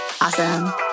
Awesome